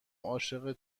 عاشق